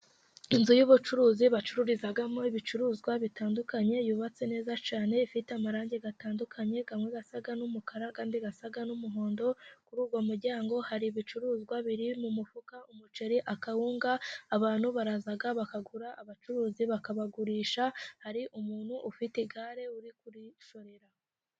Inzu y'ubucuruzi bacururizamo ibicuruzwa bitandukanye yubatse neza cyane, ifite amarangi atandukanye amwe asa n'umukara andi asa n'umuhondo. Kuri uwo muryango hari ibicuruzwa biri mu mufuka umuceri , akawunga, abantu baraza bakagura abacuruzi bakabagurisha. Hari umuntu ufite igare uri kurishorera.